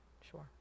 sure